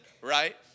right